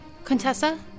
Contessa